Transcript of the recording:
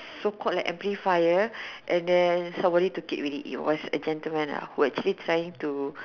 so called the amplifier and then somebody took it already it was a gentleman lah who actually trying to